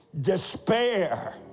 Despair